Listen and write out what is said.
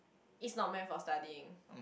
is not meant for studying